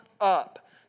up